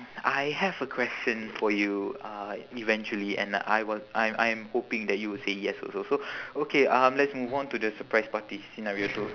I have a question for you uh eventually and like I wa~ I I am hoping that you will say yes also so okay um let's move on to the surprise party scenario two